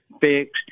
fixed